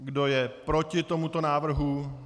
Kdo je proti tomuto návrhu?